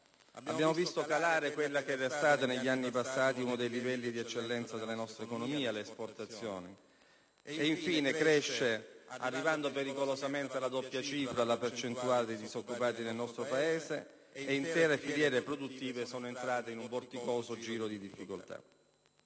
abbiamo visto calare quello che negli anni passati era stato uno dei livelli di eccellenza della nostra economia, le esportazioni. Infine, cresce, arrivando pericolosamente alla doppia cifra, la percentuale di disoccupati nel nostro Paese ed intere filiere produttive sono entrate in un vorticoso giro di difficoltà.